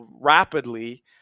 rapidly